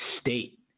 state